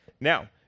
Now